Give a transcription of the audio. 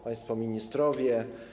Państwo Ministrowie!